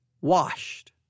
washed